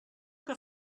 que